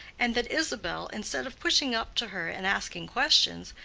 and that isabel, instead of pushing up to her and asking questions,